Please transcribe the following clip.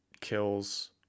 kills